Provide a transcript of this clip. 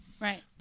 Right